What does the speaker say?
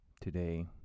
today